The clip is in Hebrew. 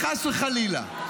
חס וחלילה,